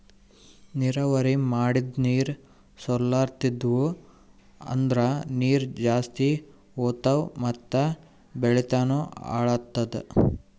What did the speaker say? ನೀರಾವರಿ ಮಾಡದ್ ನೀರ್ ಸೊರ್ಲತಿದ್ವು ಅಂದ್ರ ನೀರ್ ಜಾಸ್ತಿ ಹೋತಾವ್ ಮತ್ ಬೆಳಿನೂ ಹಾಳಾತದ